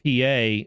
PA